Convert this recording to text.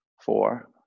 four